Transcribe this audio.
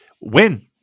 win